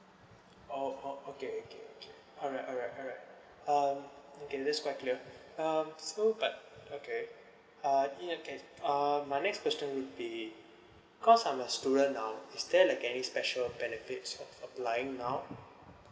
oh oh okay okay okay alright alright alright um okay that's quite clear um so but okay uh my next question would be cause I'm a student now is there like any special benefit of applying now